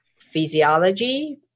physiology